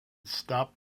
stopped